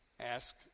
Ask